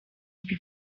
śpi